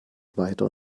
weiter